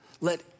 let